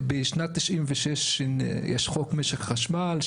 חוק משק החשמל משנת 1996,